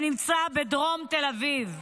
שנמצא בדרום תל אביב.